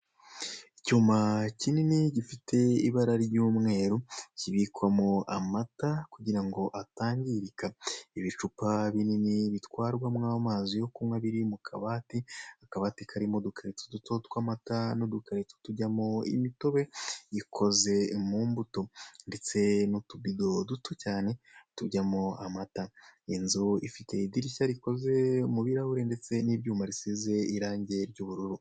Icyuma kinini gifite ibara ry'umweru kibikwamo amata kugira ngo atangirika, ibicupa binini bitwarwamo amazi yo kunywa biri mu kabati, akabati karirimo udukarito duto tw'amata n'udukari tujyamo imitobe ikoze mu mbuto ndetse n'utubido duto cyane tujyamo amata, inzu ifite idirishya rikoze mu birarahure ndetse n'ibyuma risize irangi ry'ubururu.